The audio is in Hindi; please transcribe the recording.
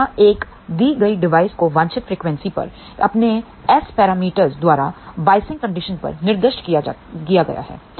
तो यहां एक दी गई डिवाइस को वांछित फ्रीक्वेंसी पर अपने एस पैरामीटर द्वाराबायसिंग कंडीशन पर निर्दिष्ट किया गया है